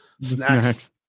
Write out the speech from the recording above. snacks